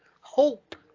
hope